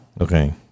Okay